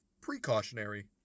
precautionary